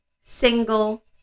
single